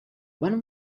when